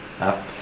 up